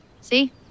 See